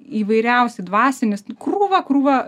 įvairiausi dvasinis krūva krūva